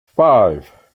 five